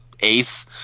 ace